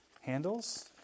handles